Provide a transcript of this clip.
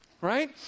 right